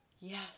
Yes